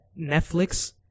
Netflix